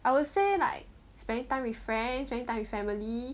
I would say like spending time with friends spending time with family